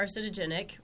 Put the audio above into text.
carcinogenic